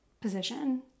position